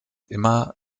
immer